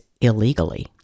illegally